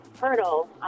hurdle